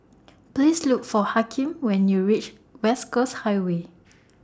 Please Look For Hakeem when YOU REACH West Coast Highway